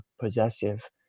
possessive